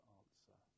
answer